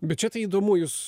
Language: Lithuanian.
bet čia tai įdomu jūs